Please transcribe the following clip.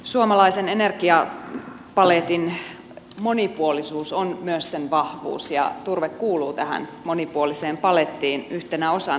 suomalaisen energiapaletin monipuolisuus on myös sen vahvuus ja turve kuuluu tähän monipuoliseen palettiin yhtenä osana